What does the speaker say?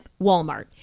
Walmart